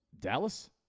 Dallas